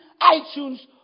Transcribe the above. iTunes